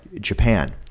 Japan